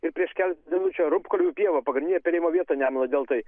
ir prieš keletą dienų čia ropkojų pieva pagrindinė pirkimo vieta nemuno deltoj